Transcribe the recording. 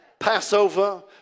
passover